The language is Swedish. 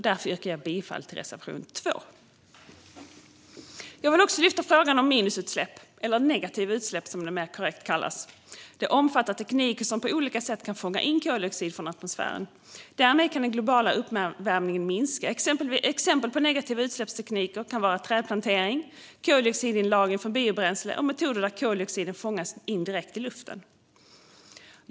Därför yrkar jag bifall till reservation 2. Jag vill också lyfta upp frågan om minusutsläpp - eller negativa utsläpp, som de mer korrekt kallas. Det omfattar tekniker som på olika sätt kan fånga in koldioxid från atmosfären. Därmed kan den globala uppvärmningen minska. Exempel på negativa utsläppstekniker är trädplantering, koldioxidinlagring från biobränsle och metoder där koldioxiden fångas in direkt från luften.